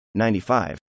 95